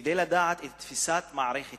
כדי לדעת את תפיסת מערכת